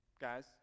guys